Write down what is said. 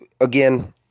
again